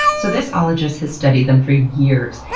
so this ologist has studied them for years,